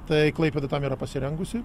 tai klaipėda tam yra pasirengusi